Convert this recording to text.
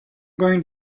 going